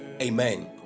Amen